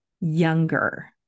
younger